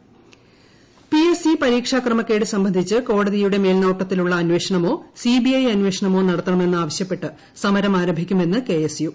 P S C K S U P S C പരീക്ഷാക്രമക്കേട് സംബന്ധിച്ച് കോടതിയുടെ മേൽനോട്ടത്തിലുള്ള അന്വേഷണമോ സി ബി ഐ അന്വേഷണമോ നടത്തണമെന്ന് ആവശ്യപ്പെട്ട് സമരം ആരംഭിക്കുമെന്ന് കെ എസ് യു